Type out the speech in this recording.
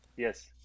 Yes